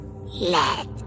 let